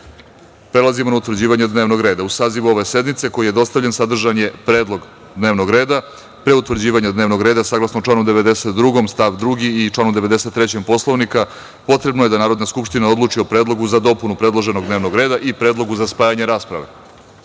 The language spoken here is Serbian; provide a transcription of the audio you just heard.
usvojila. Prelazimo na utvrđivanje dnevnog reda.U sazivu ove sednice, koji vam je dostavljen, sadržan je predlog dnevnog reda. Pre utvrđivanja dnevnog reda, saglasno članu 192. stav 2. i članu 93. Poslovnika, potrebno je da Narodna skupština odluči o predlogu za dopunu predloženog dnevnog reda i predlogu za spajanje rasprave. Narodni